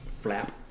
flap